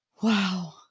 Wow